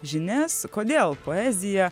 žinias kodėl poezija